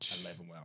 eleven